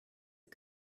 are